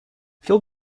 fuel